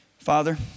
Father